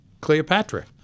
Cleopatra